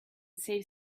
save